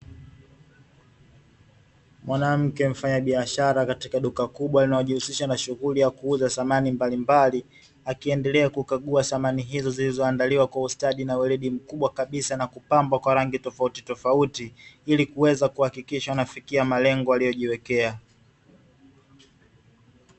Mwanamke mfanyabiashara katika duka kubwa linalojihusisha na shughuli ya kuuza samani mbalimbali, akiendelea kukagua samani hizo zilizoandaliwa kwa ustadi na weledi mkubwa kabisa na kupambwa kwa rangi tofautitofauti, ili kuweza kuhakikisha wanafikia malengo waliyojiwekea.